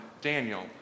Daniel